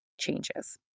changes